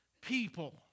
people